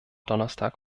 donnerstag